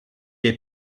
est